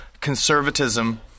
conservatism